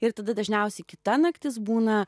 ir tada dažniausiai kita naktis būna